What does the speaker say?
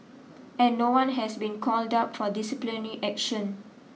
and no one has been called up for disciplinary action